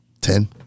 Ten